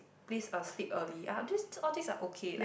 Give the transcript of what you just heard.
please uh sleep early ya just all these are okay like